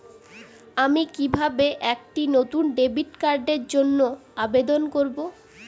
আমি কিভাবে একটি নতুন ডেবিট কার্ডের জন্য আবেদন করব?